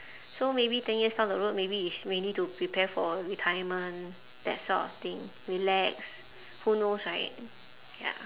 so maybe ten years down the road maybe it's mainly to prepare for retirement that sort of thing relax who knows right ya